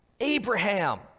Abraham